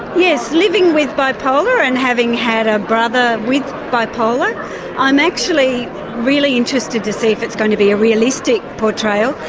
yes, living with bipolar and having had a brother with bipolar i'm actually really interested to see if it's going to be a realistic portrayal.